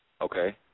Okay